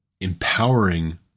empowering